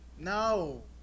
No